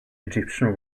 egyptian